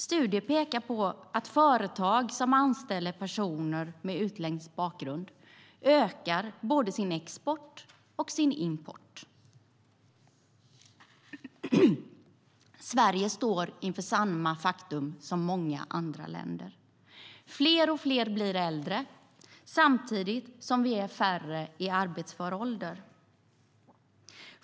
Studier pekar på att företag som anställer personer med utländsk bakgrund ökar både sin export och sin import. Sverige står inför samma faktum som många andra länder: Fler och fler blir äldre samtidigt som vi är färre i arbetsför ålder.